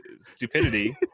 stupidity